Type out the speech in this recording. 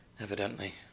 Evidently